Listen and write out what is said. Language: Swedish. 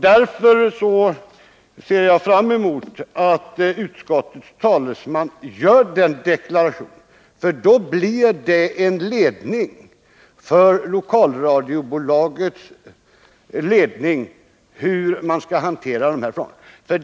Därför ser jag fram emot att utskottets talesman gör den deklarationen, för den skulle ge lokalradiobolagets ledning en uppfattning om hur man skall hantera planerna.